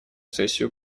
сессию